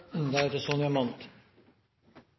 da på: Er det